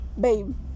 babe